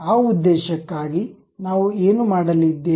ಆ ಉದ್ದೇಶಕ್ಕಾಗಿ ನಾವು ಏನು ಮಾಡಲಿದ್ದೇವೆ